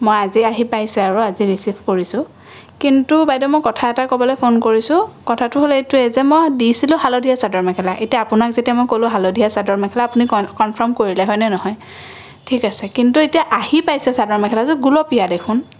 মই আজি আহি পাইছে আৰু আজি ৰিচিভ কৰিছোঁ কিন্তু বাইদেউ মই কথা এটা ক'বলৈ ফোন কৰিছোঁ কথাটো হ'ল এইটোৱে যে মই দিছিলোঁ হালধীয়া চাদৰ মেখেলা এতিয়া আপোনাক যেতিয়া মই ক'লোঁ হালধীয়া চাদৰ মেখেলা আপুনি কনফ্ৰাম কৰিলে হয়নে নহয় ঠিক আছে কিন্তু এতিয়া আহি পাইছে চাদৰ মেখেলাযোৰ গুলপীয়া দেখোন